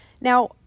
Now